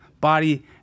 body